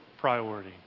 priority